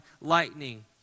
lightning